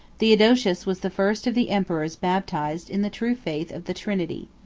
theodosius was the first of the emperors baptized in the true faith of the trinity.